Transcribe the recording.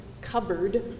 covered